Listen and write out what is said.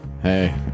Hey